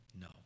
No